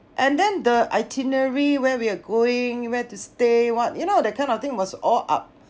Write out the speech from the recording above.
and then the itinerary where we're going where to stay what you know that kind of thing was all up